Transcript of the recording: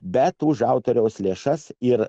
bet už autoriaus lėšas ir